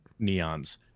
neons